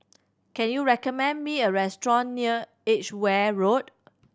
can you recommend me a restaurant near Edgware Road